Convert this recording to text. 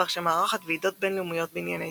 ורשה מארחת ועידות בינלאומיות בענייני תיאטרון.